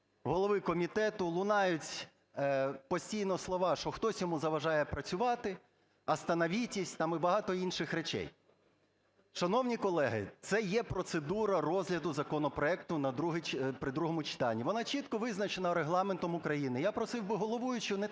голови комітету лунають постійно слова, що хтось йому заважає працювати, остановитесь, там і багато інших речей. Шановні колеги, це є процедура розгляду законопроекту при другому читанні, вона чітка визначена Регламентом України. Я просив би головуючого не